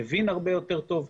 מבין הרבה יותר טוב,